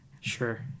sure